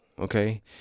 okay